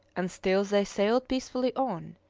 and still they sailed peacefully on,